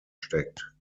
steckt